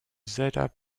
zeta